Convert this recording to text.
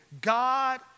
God